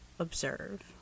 observe